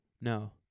No